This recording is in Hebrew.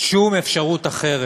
שום אפשרות אחרת.